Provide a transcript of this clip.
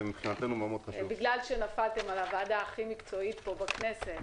זה בגלל שנפלתם על הוועדה הכי מקצועית ויעילה פה בכנסת.